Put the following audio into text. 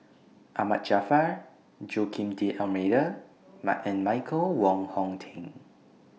Ahmad Jaafar Joaquim D'almeida and Michael Wong Hong Teng